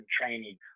training